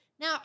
Now